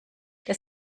das